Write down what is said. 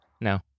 No